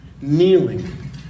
Kneeling